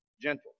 gentle